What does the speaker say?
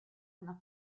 una